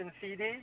CD